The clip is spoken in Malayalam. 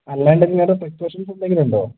അല്ലാതെ ഇങ്ങേരെ സിറ്റ്വേഷെൻസ് എന്തെങ്കിലുമുണ്ടോ